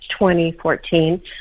2014